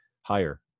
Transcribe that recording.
higher